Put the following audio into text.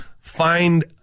find